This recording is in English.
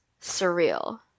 surreal